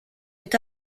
est